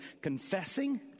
confessing